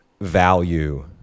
value